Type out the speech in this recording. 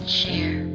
share